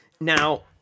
Now